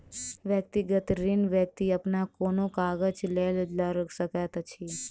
व्यक्तिगत ऋण व्यक्ति अपन कोनो काजक लेल लऽ सकैत अछि